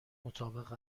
مطابق